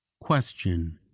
Question